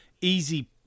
easy